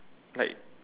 light